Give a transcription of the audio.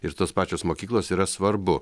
ir tos pačios mokyklos yra svarbu